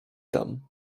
tam